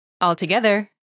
Altogether